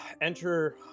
enter